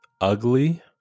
ugly